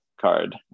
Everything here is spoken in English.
card